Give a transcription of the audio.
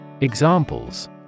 Examples